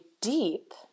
deep